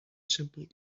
simple